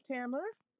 Tamara